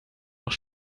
noch